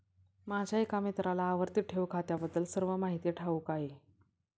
माझ्या एका मित्राला आवर्ती ठेव खात्याबद्दल सर्व माहिती ठाऊक आहे